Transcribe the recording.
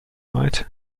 right